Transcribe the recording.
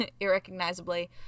irrecognizably